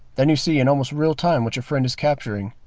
then you see in almost real-time what your friend is capturing.